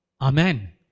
Amen